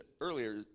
earlier